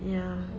ya